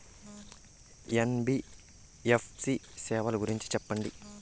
NBFC సేవల గురించి సెప్పండి?